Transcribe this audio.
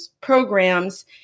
programs